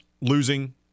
losing